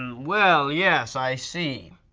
and well yes, i see,